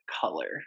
color